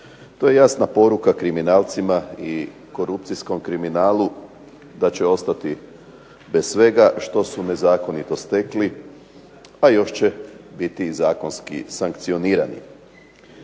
To je jasna borba kriminalcima i korupcijskom kriminalu da će ostati bez svega što su nezakonito stekli pa još će biti i zakonski sankcionirani.